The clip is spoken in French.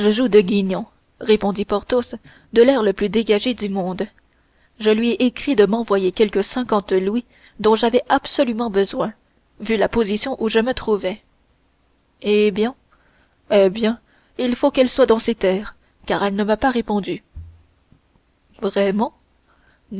de guignon répondit porthos de l'air le plus dégagé du monde je lui ai écrit de m'envoyer quelque cinquante louis dont j'avais absolument besoin vu la position où je me trouvais eh bien eh bien il faut qu'elle soit dans ses terres car elle ne m'a pas répondu